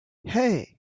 hey